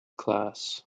class